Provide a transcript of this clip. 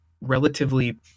relatively